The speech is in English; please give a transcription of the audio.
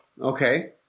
Okay